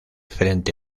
frente